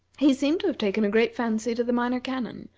he seemed to have taken a great fancy to the minor canon,